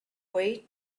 way